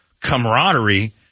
camaraderie